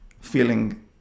feeling